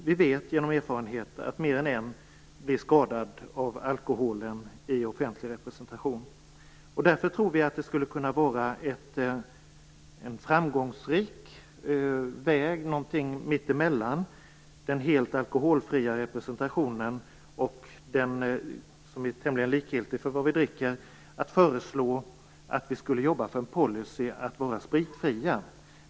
Vi vet genom erfarenhet att mer än en blir skadad av alkoholen i offentlig representation. Därför tror vi att det skulle kunna vara en framgångsrik väg mittemellan den helt alkoholfria representationen och den som är tämligen likgiltig för vad vi dricker att föreslå att vi skulle jobba för en policy att vara spritfria.